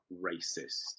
racist